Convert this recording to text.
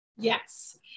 Yes